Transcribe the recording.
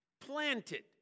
planted